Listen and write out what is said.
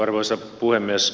arvoisa puhemies